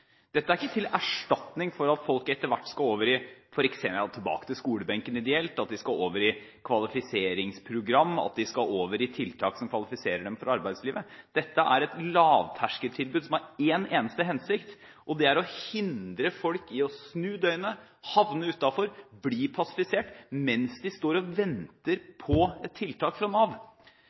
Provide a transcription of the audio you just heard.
Dette er ikke til erstatning for at folk etter hvert skal over i f.eks. kvalifiseringsprogram, tiltak som kvalifiserer dem for arbeidslivet, eller ideelt sett tilbake til skolebenken. Dette er et lavterskeltilbud som har én eneste hensikt, og det er å hindre folk i å snu døgnet, havne utenfor og bli passivisert mens de står og venter på et tiltak fra Nav.